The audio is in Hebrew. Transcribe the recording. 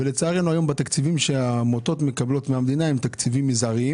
אך לצערנו היום התקציבים שהעמותות מקבלות מן המדינה הם מזעריים